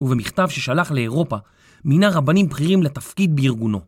ובמכתב ששלח לאירופה מינה רבנים בכירים לתפקיד בארגונו.